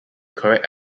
correct